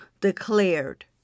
declared